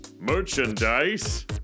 Merchandise